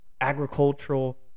agricultural